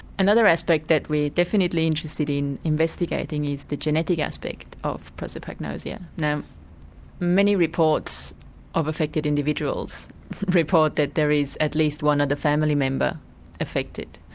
another aspect that we are definitely interested in investigating is the genetic aspect of prosopagnosia. now many reports of affected individuals report that there is at least one other family member affected.